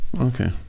Okay